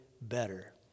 better